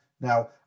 Now